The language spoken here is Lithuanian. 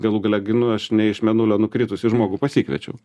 galų gale gi nu aš ne iš mėnulio nukritusį žmogų pasikviečiau